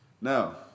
Now